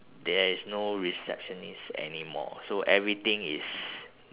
there is no receptionist anymore so everything is